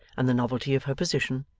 and the novelty of her position,